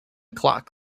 clock